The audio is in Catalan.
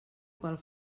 pel